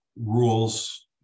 rules